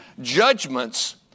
judgments